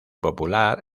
popular